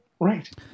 Right